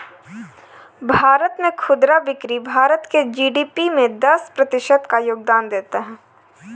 भारत में खुदरा बिक्री भारत के जी.डी.पी में दस प्रतिशत का योगदान देता है